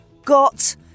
got